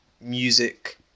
music